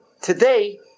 today